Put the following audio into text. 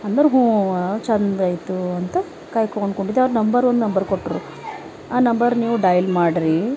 ಅಂದರೂ ಹ್ಞೂ ಚೆಂದಾಯ್ತು ಅಂತ ಕಾಯ್ಕೊಂಡು ಕುಂಡಿದ್ದೆ ಅವ್ರ ನಂಬರ್ ಒನ್ ನಂಬರ್ ಕೊಟ್ರು ಆ ನಂಬರ್ ನೀವು ಡಯಲ್ ಮಾಡಿರಿ